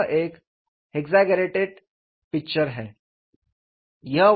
यह एक exaggerated picture है